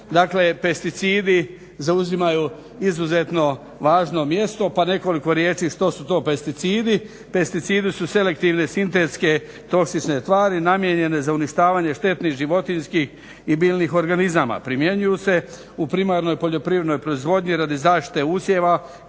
pesticidi zauzimaju izuzetno važno mjesto pa nekoliko riječi što su to pesticidi. Pesticidi su selektivne sintetske toksične tvari namijenjene za uništavanje štetnih životinjskih i biljnih organizama. Primjenjuju se u primarnoj poljoprivrednoj proizvodnji radi zaštite usjeva